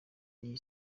iyi